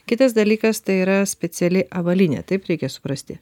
kitas dalykas tai yra speciali avalynė taip reikia suprasti